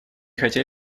хотели